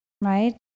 right